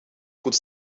goed